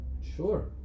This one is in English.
Sure